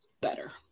better